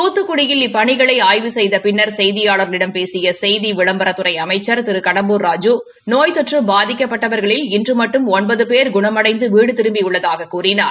துத்துக்குடியில் இப்பணிகளை ஆய்வு செய்த பின்னர் செய்தியாளர்களிடம் பேசிய செய்தி விளம்பரத்துறை அமைச்சா் திரு கடம்பூர் ராஜூ நோய் தொற்று பாதிக்கப்பட்டவர்களில் இன்று மட்டும் ஒன்பது பேர் குணமடைந்து வீடு திரும்பியுள்ளதாகக் கூறினார்